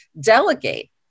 delegate